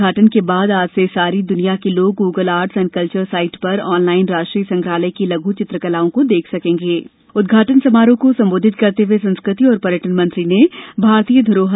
इस उद्घाटन के बाद आज से सारी दुनिया के लोग Google arts and culture site पर ऑनलाइन राष्ट्रीय संग्रालय की लघु चित्र कलाओं उद्घाटनसमारोह को संबोधित करते हुए संस्कृति और पर्यटन मंत्री ने भारतीय को देख सकेंगे